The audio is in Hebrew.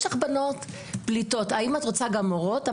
יש לי בנות פליטות והאם אני רוצה גם מורות.